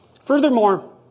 Furthermore